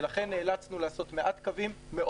ולכן נאלצנו לעשות מעט קווים מתוגברים